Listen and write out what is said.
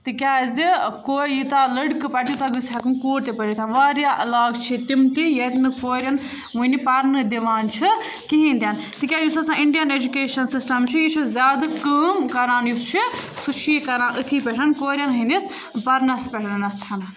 تِکیٛازِ کورِ یوٗتاہ لٔڑکہٕ پَرِ تیوٗتاہ گٔژھ ہؠکُن کوٗر تہِ پٔرِتھ واریاہ علاقہٕ چھِ تِم تہِ ییٚتہِ نہٕ کورٮ۪ن وٕنہِ پَرنہٕ دِوان چھِ کِہیٖنۍ تہِ نہٕ تِکیٛازِ یُس ہَسا اِنڈیَن اٮ۪جوکیشَن سِسٹم چھِ یہِ چھُ زیادٕ کٲم کران یُس چھِ سُہ چھِ یہِ کران أتھی پؠٹھ کورٮ۪ن ہِنٛدِس پَرنَس پؠٹھَننَتھن